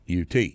UT